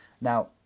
Now